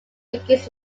begins